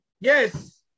Yes